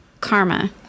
Karma